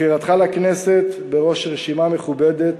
בחירתך לכנסת בראש רשימה מכובדת